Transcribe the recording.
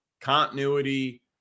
continuity